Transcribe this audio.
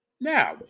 Now